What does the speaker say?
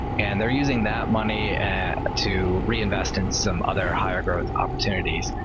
and they're using that money to reinvest in some other higher-growth opportunities.